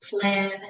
plan